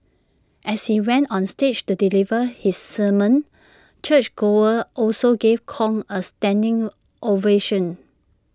as he went on stage to deliver his sermon churchgoers also gave Kong A standing ovation